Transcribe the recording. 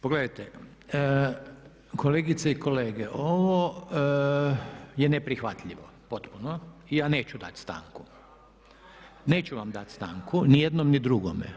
Pogledajte, kolegice i kolege ovo je neprihvatljivo potpuno i ja neću dati stanku, neću vam dati stanku, ni jednom ni drugome.